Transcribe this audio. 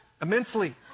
immensely